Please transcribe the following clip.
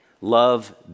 love